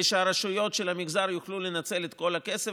שהרשויות של המגזר יוכלו לנצל את כל הכסף.